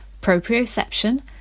Proprioception